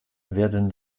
werden